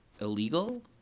illegal